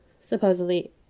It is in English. supposedly